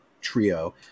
trio